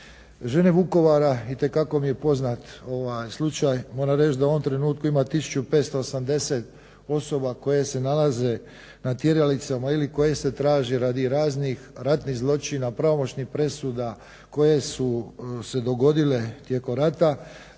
Žene Vukovara itekako mi je poznat ovaj slučaj. Moram reći da u ovom trenutku ima 1580 osoba koje se nalaze na tjeralicama ili koje se traže radi raznih ratnih zločina, pravomoćnih presuda, koje su se dogodile tijekom rata.